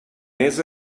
esa